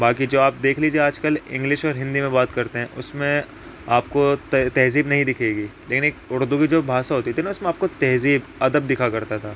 باقی جو آپ دیکھ لیجیے آج کل انگلش اور ہندی میں بات کرتے ہیں اس میں آپ کو تہذیب نہیں دکھے گی لیکن ایک اردو کی جو بھاشا ہوتی تھی نا اس میں آپ کو تہذیب ادب دکھا کرتا تھا